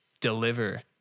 deliver